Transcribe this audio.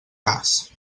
cas